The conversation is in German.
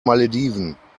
malediven